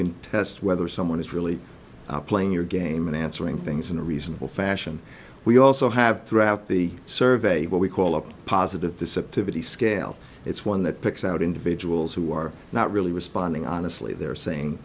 can test whether someone is really playing your game and answering things in a reasonable fashion we also have throughout the survey what we call up positive deceptive of the scale it's one that picks out individuals who are not really responding honestly they're saying